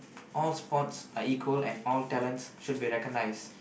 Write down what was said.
all sports are equal and all talents should be recognised